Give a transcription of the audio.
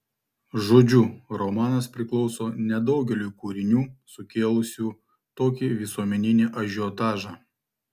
žodžiu romanas priklauso nedaugeliui kūrinių sukėlusių tokį visuomeninį ažiotažą